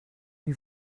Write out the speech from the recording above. you